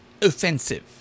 offensive